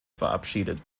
verabschiedet